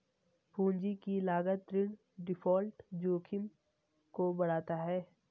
पूंजी की लागत ऋण डिफ़ॉल्ट जोखिम को बढ़ाता है